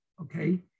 okay